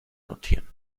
notieren